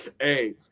Hey